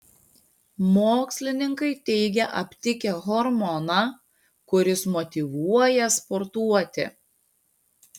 mokslininkai teigia aptikę hormoną kuris motyvuoja sportuoti